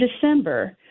December